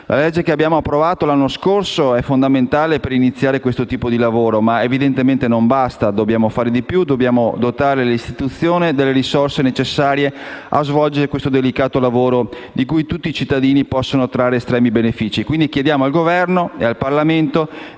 La legge che abbiamo approvato l'anno scorso è fondamentale per iniziare questo tipo di lavoro ma evidentemente non basta. Dobbiamo fare di più, dobbiamo dotare l'istituzione delle risorse necessarie a svolgere questo delicato lavoro da cui tutti i cittadini possono trarre estremi benefici. Per questo chiediamo al Governo e al Parlamento